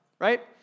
right